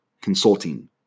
consulting